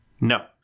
No